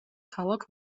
ქალაქ